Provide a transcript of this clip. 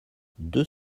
deux